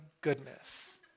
goodness